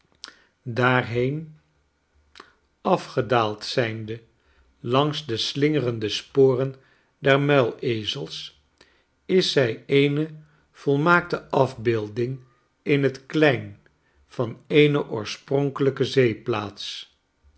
daarheen afgedaald zijnde langs de slingerende sporen der muilezels is zij eene volmaakte afbeelding in het klein van eene oorspronkelijke zeeplaats